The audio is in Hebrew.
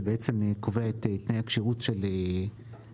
שקובע את תנאי השירות של שרים.